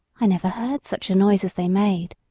i never heard such a noise as they made.